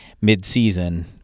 mid-season